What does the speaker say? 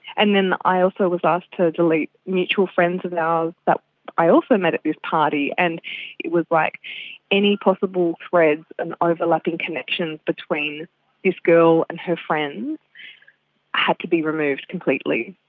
and then i also was asked to delete mutual friends of ours that i also met at this party. and it was like any possible threads and overlapping connections between this girl and her friends had to be removed completely.